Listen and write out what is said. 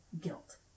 Guilt